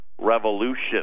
revolution